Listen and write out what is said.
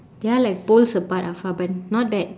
they are like poles apart afar but not that